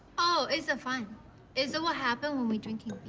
oh, it's ah fine. is what happens when we drinking